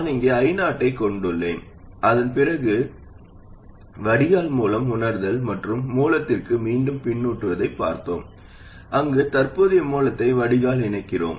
நான் இங்கே I0 ஐக் கொண்டுள்ளேன் அதன் பிறகு வடிகால் மூலம் உணர்தல் மற்றும் மூலத்திற்கு மீண்டும் பின்னூட்டுவதை பார்த்தோம் அங்கு தற்போதைய மூலத்தை வடிகால் இணைக்கிறோம்